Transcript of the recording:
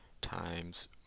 times